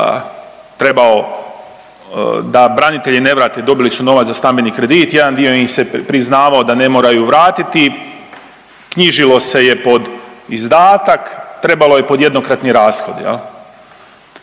trebao, da branitelji ne vrate, dobili su novac za stambeni kredit, jedan dio im se priznavao da ne moraju vratiti, knjižili se je pod izdatak, trebalo je pod jednokratni rashod,